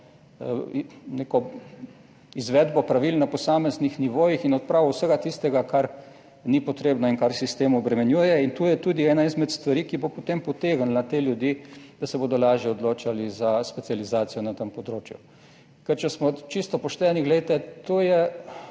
neko izvedbo pravil na posameznih nivojih in odpravo vsega tistega, kar ni potrebno in kar sistem obremenjuje. In to je tudi ena izmed stvari, ki bo potem potegnila te ljudi, da se bodo lažje odločali za specializacijo na tem področju. Ker če smo čisto pošteni, glejte, to je